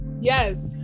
Yes